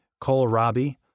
kohlrabi